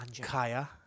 Kaya